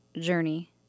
journey